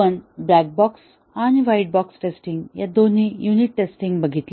आपण black box आणि white box testing या दोन्ही युनिट टेस्टिंग बघितल्या